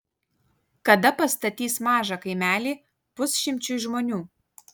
kada pastatys mažą kaimelį pusšimčiui žmonių